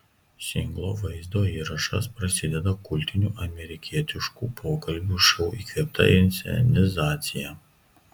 singlo vaizdo įrašas prasideda kultinių amerikietiškų pokalbių šou įkvėpta inscenizacija